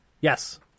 Yes